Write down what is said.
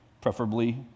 Preferably